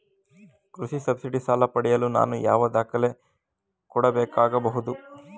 ಕೃಷಿ ಸಬ್ಸಿಡಿ ಸಾಲ ಪಡೆಯಲು ನಾನು ಯಾವ ದಾಖಲೆ ಕೊಡಬೇಕಾಗಬಹುದು?